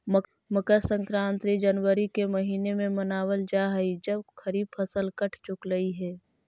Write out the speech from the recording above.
मकर संक्रांति जनवरी के महीने में मनावल जा हई जब खरीफ फसल कट चुकलई हे